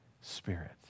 Spirit